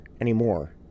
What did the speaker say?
anymore